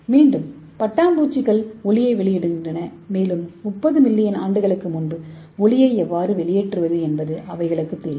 மீண்டும் பட்டாம்பூச்சிகள் ஒளியை வெளியிடுகின்றன மேலும் 30 மில்லியன் ஆண்டுகளுக்கு முன்பு ஒளியை எவ்வாறு வெளியேற்றுவது என்பது அவர்களுக்குத் தெரியும்